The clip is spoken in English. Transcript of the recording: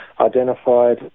identified